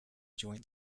joint